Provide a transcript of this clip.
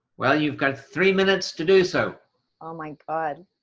well you've got three minutes to do so oh my god